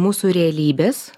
mūsų realybės